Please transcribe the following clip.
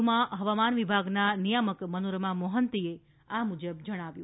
વધુમાં હવામાન વિભાગના નિયામક મનોરમા મોહંતીએ આ મુજબ જણાવ્યું